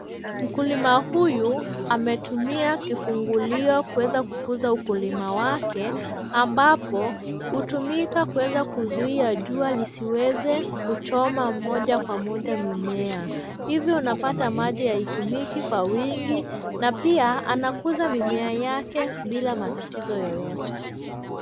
Mkulima huyu ametumia kifungulia kuweza kukuza ukulima wake ambapo hutumika kuweza kuzuia jua isiweze kuchoma moja kwa moja mimea. Hivyo unapata maji haitumiki kwa wingi na pia anakuza mimea yake bila matatizo yoyote.